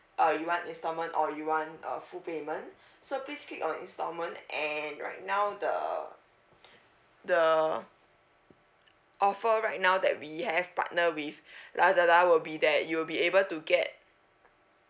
uh you want installment or you want uh full payment so please click on installment and right now the the the offer right now that we have partnered with lazada will be that you'll be able to get